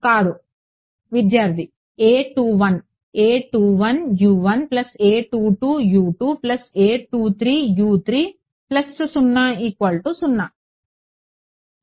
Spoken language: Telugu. కాదు విద్యార్థి A 2 1